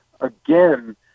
Again